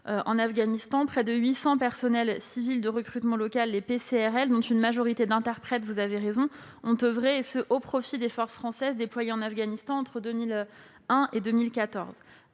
en Afghanistan, près de 800 personnels civils de recrutement local, les PCRL, dont une majorité d'interprètes, vous avez raison, ont oeuvré au profit des forces françaises déployées en Afghanistan entre 2001 et 2014.